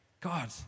God